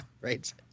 right